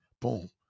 boom